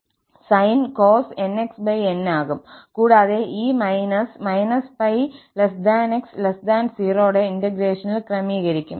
sign cosnxnആകും കൂടാതെ ഈ ′−′ −𝜋𝑥0ടെ ഇന്റഗ്രേഷനിൽ ക്രമീകരിക്കും